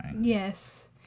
yes